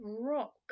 Rock